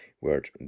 word